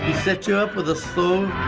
set you up with a slow